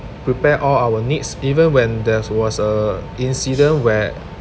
prepare all our needs even when there was a incident where